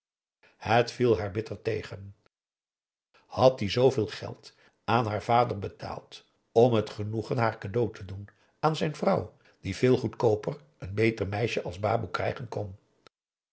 het viel haar bitter tegen had die zooveel geld aan haar vader betaald om het genoegen haar cadeau te doen aan zijn vrouw die veel goedkooper een beter meisje als baboe krijgen kon